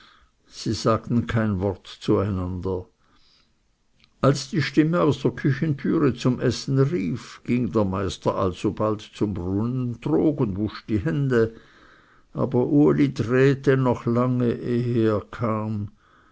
sie sagten kein wort zu einander als die stimme aus der küchetüre zum essen rief ging der meister alsobald zum brunnentrog und wusch die hände aber uli drehte noch lange ehe er kam